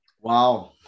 wow